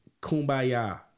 kumbaya